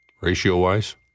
Ratio-wise